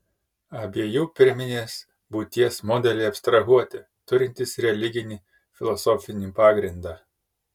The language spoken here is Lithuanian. abiejų pirminės būties modeliai abstrahuoti turintys religinį filosofinį pagrindą